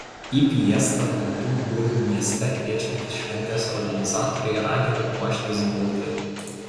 į fiestą baltų burių mieste kviečiantys šventės organizatoriai ragina puoštis baltai